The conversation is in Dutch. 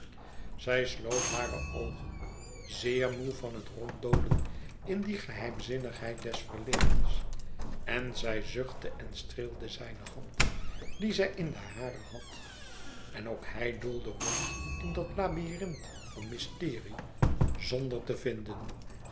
zij sloot hare oogen zeer moê van het ronddolen in die geheimzinnigheid des verledens en zij zuchtte en streelde zijne hand die zij in de hare had en ook hij doolde rond in dat labyrinth van mysterie zonder te vinden